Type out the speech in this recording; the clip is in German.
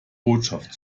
botschaft